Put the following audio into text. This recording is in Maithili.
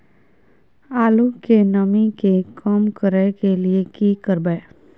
आलू के नमी के कम करय के लिये की करबै?